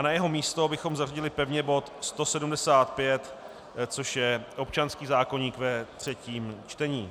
Na jeho místo bychom zařadili pevně bod 175, což je občanský zákoník ve třetím čtení.